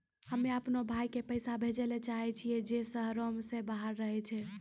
हम्मे अपनो भाय के पैसा भेजै ले चाहै छियै जे शहरो से बाहर रहै छै